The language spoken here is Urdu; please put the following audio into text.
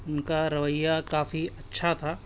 ان کا رویّہ کافی اچّھا تھا